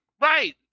right